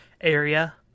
area